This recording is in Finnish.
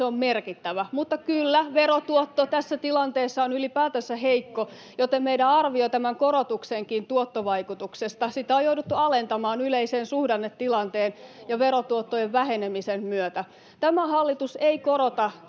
se on merkittävä. Mutta kyllä, verotuotto tässä tilanteessa on ylipäätänsä heikko, joten meidän arviota tämän korotuksenkin tuottovaikutuksesta on jouduttu alentamaan yleisen suhdannetilanteen [Antti Kurvisen välihuuto] ja verotuottojen vähenemisen myötä. Tämä hallitus ei korota